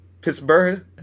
Pittsburgh